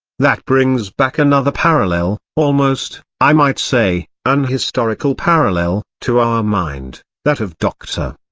that brings back another parallel, almost, i might say, an historical parallel, to our mind that of dr.